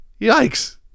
Yikes